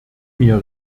mir